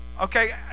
okay